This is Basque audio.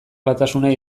batasuna